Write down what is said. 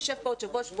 נשב פה עוד שבוע-שבועיים,